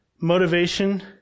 motivation